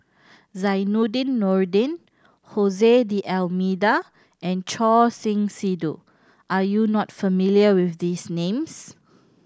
Zainordin Nordin D'Almeida and Choor Singh Sidhu are you not familiar with these names